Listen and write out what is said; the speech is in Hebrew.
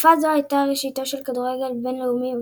תקופה זו הייתה ראשיתו של הכדורגל הבין-לאומי,